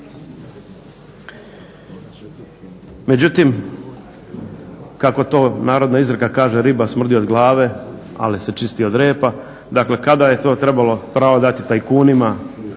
Međutim, kako to narodna izreka kaže riba smrdi od glave ali se čisti od repa, dakle kada je to trebalo pravo dati tajkunima